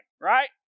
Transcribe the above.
right